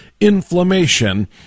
inflammation